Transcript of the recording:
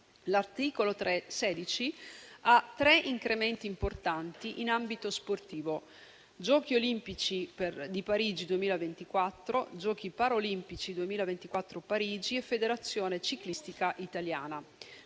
L'articolo 16 ha tre incrementi importanti in ambito sportivo: Giochi olimpici di Parigi 2024, Giochi paralimpici 2024 di Parigi e Federazione ciclistica italiana.